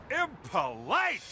Impolite